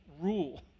rule